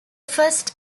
first